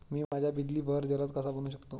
मी माझ्या बिजली बहर जलद कसा बनवू शकतो?